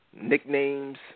nicknames